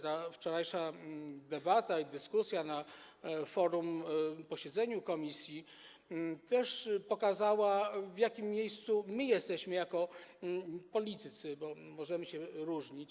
Ta wczorajsza debata i dyskusja na forum oraz na posiedzeniu komisji też pokazały, w jakim miejscu my jesteśmy jako politycy, bo możemy się różnić.